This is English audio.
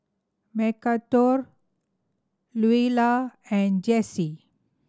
Mcarthur Luella and Jacey